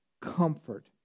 comfort